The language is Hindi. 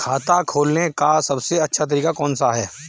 खाता खोलने का सबसे अच्छा तरीका कौन सा है?